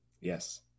Yes